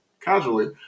casually